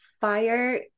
fire